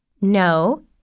No